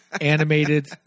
animated